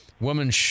woman